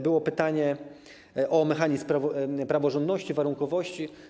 Było pytanie o mechanizm praworządności, warunkowości.